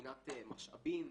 מבחינת משאבים,